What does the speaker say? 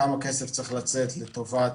כמה כסף צריך לצאת לטובת